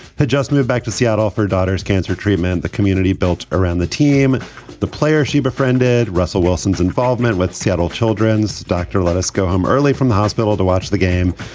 had just moved back to seattle for daughter's cancer treatment. the community built around the team and the player she befriended. russell wilson's involvement with seattle children's doctor. let us go home early from the hospital to watch the game.